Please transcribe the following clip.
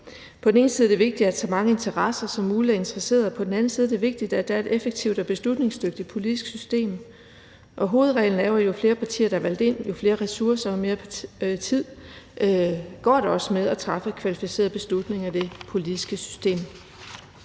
På den ene side er det vigtigt, at så mange interesser som muligt er repræsenteret; på den anden side er det vigtigt, at der er et effektivt og beslutningsdygtigt politisk system. Hovedreglen er jo, at jo flere partier der er valgt ind, jo flere ressourcer og jo mere tid går der også med at træffe kvalificerede beslutninger i det politiske system.